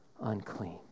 unclean